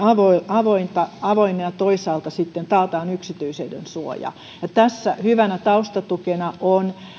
avointa ja toisaalta sitten taataan yksityisyydensuoja ja tässä hyvänä taustatukena on